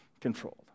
controlled